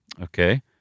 okay